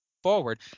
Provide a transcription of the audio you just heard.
forward